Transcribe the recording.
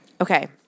Okay